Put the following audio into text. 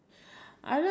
is the what